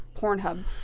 Pornhub